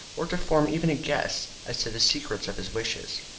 or to form even a guess as to the secret of his riches.